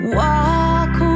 walk